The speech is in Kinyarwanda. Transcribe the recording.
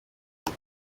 zose